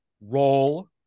roll